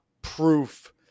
proof